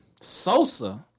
Sosa